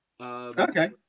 Okay